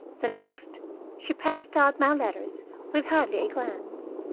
the next she passed out my letters with hardly a glance.